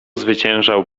zwyciężał